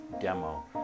demo